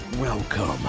Welcome